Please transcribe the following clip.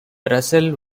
russell